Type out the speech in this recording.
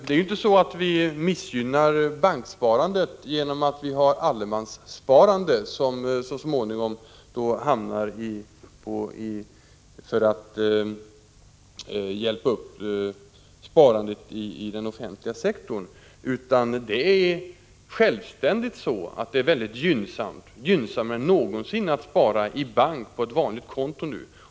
Det är inte så att vi missgynnar banksparandet genom att vi har ett allemanssparande för att hjälpa upp sparandet i den offentliga sektorn. Allemanssparandet är i sig mycket gynnsamt. Det är nu gynnsammare än någonsin att spara i bank på ett vanligt konto.